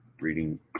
reading